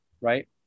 right